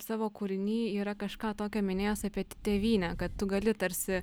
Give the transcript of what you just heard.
savo kūriny yra kažką tokio minėjęs apie t tėvynę kad tu gali tarsi